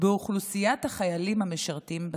באוכלוסיית החיילים המשרתים בצבא,